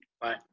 Bye